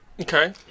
Okay